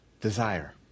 desire